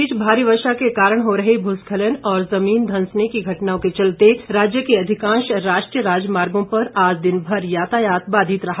इस बीच भारी वर्षा के कारण हो रहे भूस्खलन और जमीन धंसने की घटनाओं के चलते राज्य के अधिकांश राष्ट्रीय राजमार्गों पर आज दिनभर यातायात बाधित रहा